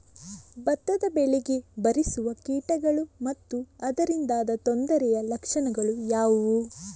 ಭತ್ತದ ಬೆಳೆಗೆ ಬಾರಿಸುವ ಕೀಟಗಳು ಮತ್ತು ಅದರಿಂದಾದ ತೊಂದರೆಯ ಲಕ್ಷಣಗಳು ಯಾವುವು?